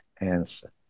answer